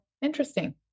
interesting